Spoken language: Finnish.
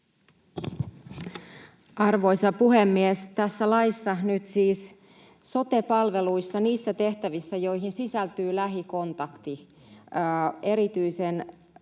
Arvoisa puhemies! Tässä laissa nyt siis sote-palveluissa niissä tehtävissä, joihin sisältyy lähikontakti erityisen